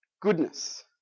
goodness